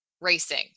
racing